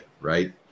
right